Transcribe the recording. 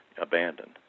abandoned